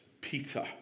Peter